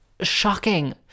Shocking